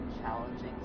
challenging